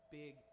big